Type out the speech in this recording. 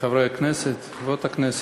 חברי חברי הכנסת, חברות הכנסת,